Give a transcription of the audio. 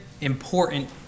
important